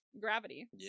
gravity